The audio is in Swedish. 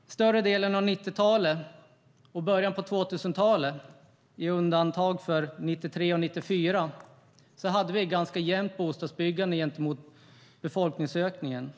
Under större delen av 1990 och början av 2000-talet - med undantag för 1993 och 1994 - var bostadsbyggandet ganska jämnt gentemot befolkningsökningen.